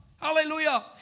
Hallelujah